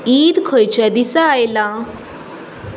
ईद खंयच्या दिसा आयला